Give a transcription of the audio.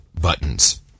buttons